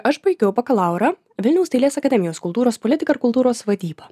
aš baigiau bakalaurą vilniaus dailės akademijos kultūros politika ir kultūros vadyba